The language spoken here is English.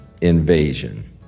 invasion